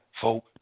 folk